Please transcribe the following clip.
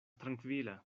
trankvila